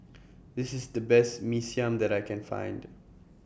This IS The Best Mee Siam that I Can Find